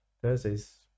Thursdays